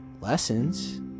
lessons